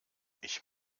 ich